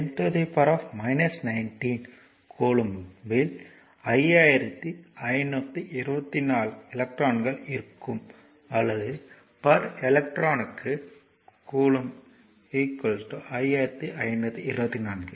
602 10 19 கூலொம்பில் 5524 எலக்ட்ரான்கள் இருக்கும் அல்லது பர் எலக்ட்ரானுக்கு கூலொம்ப் 5524